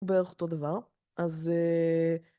בערך אותו דבר. אז...